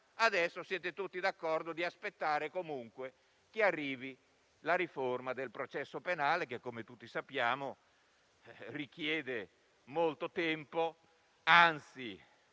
siete tutti d'accordo ad aspettare comunque che arrivi la riforma del processo penale, che, come tutti sappiamo, richiede molto tempo, anzi